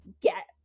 get